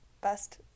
best